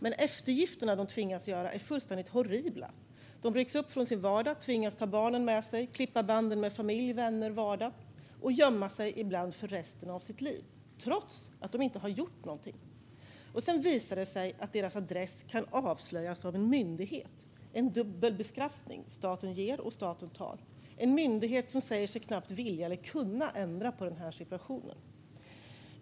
Men eftergifterna de tvingas göra är fullständigt horribla. De rycks upp från sin vardag, de tvingas ta barnen med sig och klippa banden med familj, vänner och vardag och de måste gömma sig, ibland för resten av sitt liv, trots att de inte har gjort någonting. Sedan visar det sig att deras adress kan avslöjas av en myndighet - en dubbel bestraffning; staten ger och staten tar - som säger sig knappt vilja eller kunna ändra på den här situationen.